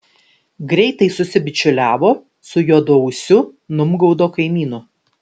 greitai susibičiuliavo su juodaūsiu numgaudo kaimynu